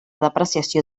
depreciació